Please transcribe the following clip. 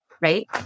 Right